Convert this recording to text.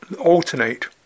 alternate